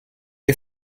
ihr